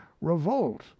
revolt